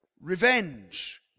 revenge